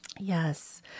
Yes